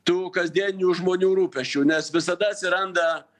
tų kasdieninių žmonių rūpesčių nes visada atsiranda